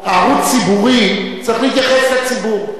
ערוץ ציבורי צריך להתייחס לציבור.